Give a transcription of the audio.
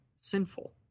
sinful